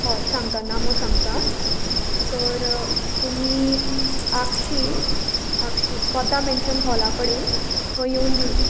हय सांगतां नामो सांगतां तर तुमी आगशी आगशी कॉता मॅन्शन हॉला कडेन थंय येवन दिवचें